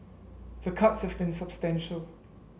the cuts have been substantial